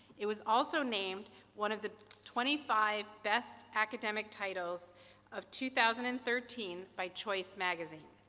it was also named one of the twenty five best academic titles of two thousand and thirteen by choice magazine.